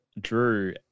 Drew